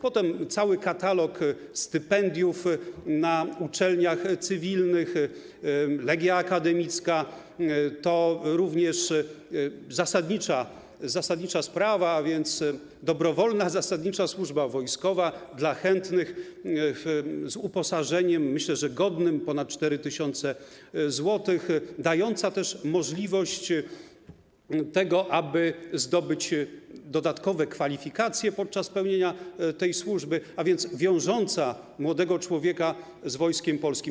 Potem cały katalog stypendiów na uczelniach cywilnych, Legia Akademicka to również zasadnicza sprawa, a więc dobrowolna, zasadnicza służba wojskowa dla chętnych z uposażeniem, myślę, że godnym, ponad 4 tys. zł, dająca też możliwość tego, aby zdobyć dodatkowe kwalifikacje podczas pełnienia tej służby, a więc wiążąca młodego człowieka z Wojskiem Polskim.